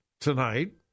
tonight